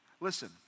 Listen